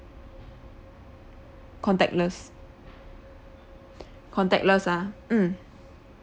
contactless contactless ah mm